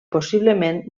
possiblement